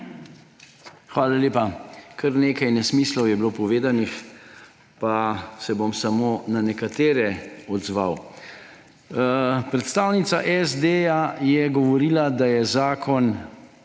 Hvala lepa. Kar nekaj nesmislov je bilo povedanih pa se bom samo na nekatere odzval. Predstavnica SD je govorila, da je zakon